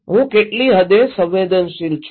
હું કેટલી હદે સંવેદનશીલ છું